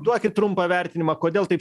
duokit trumpą vertinimą kodėl taip